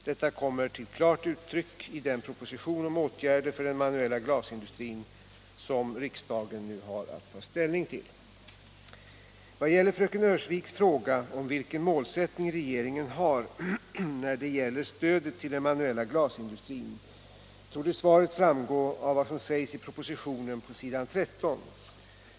Detta kommer till klart uttryck i den proposition om åtgärder för den manuella glasindustrin som riksdagen nu har att ta ställning till. Vad gäller fröken Öhrsviks fråga om vilken målsättning regeringen har när det gäller stödet till den manuella glasindustrin torde svaret framgå av vad som sägs i propositionen på s. 13.